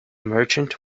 merchant